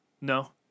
No